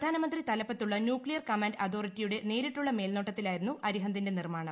പ്രധാനമന്ത്രി തലപ്പത്തുള്ള nuclear command അതോറിറ്റിയുടെ നേരിട്ടുള്ള മേൽനോട്ടത്തിലായിരുന്നു അരിഹന്തിന്റെ നിർമ്മാണം